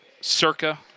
Circa